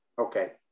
Okay